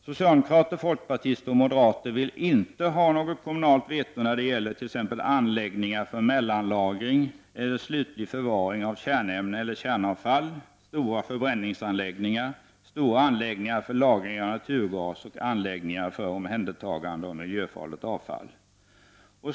Socialdemokrater, folkpartister och moderater vill inte ha något kommunalt veto när det gäller t.ex. anläggningar för mellanlagring eller slutlig förvaring av kärnämnen eller kärnavfall, stora förbränningsanläggningar, stora anläggningar för lagring av naturgas och anläggningar för omhändertagande av miljöfarligt avfall.